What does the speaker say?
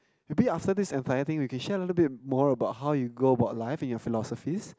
maybe be after this entire thing you can share a bit more about how you go about life and your philosophies